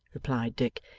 replied dick.